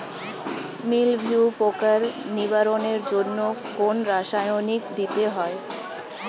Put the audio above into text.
মিলভিউ পোকার নিবারণের জন্য কোন রাসায়নিক দিতে হয়?